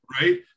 Right